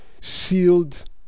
sealed